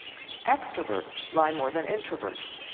extroverts lie more than introverts.